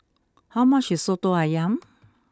how much is Soto Ayam